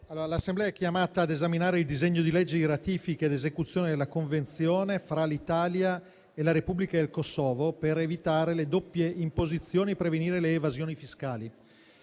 l'Assemblea è chiamata a esaminare il disegno di legge di ratifica ed esecuzione della Convenzione fra l'Italia e la Repubblica del Kosovo per evitare le doppie imposizioni e prevenire le evasioni fiscali.